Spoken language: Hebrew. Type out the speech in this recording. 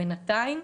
בינתיים,